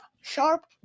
sharp